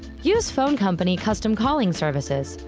use phone company custom calling services.